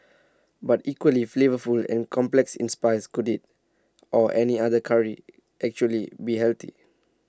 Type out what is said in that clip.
but equally flavourful and complex in spice could IT or any other Curry actually be healthy